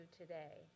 today